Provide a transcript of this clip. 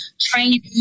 training